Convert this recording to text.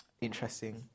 Interesting